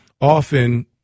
often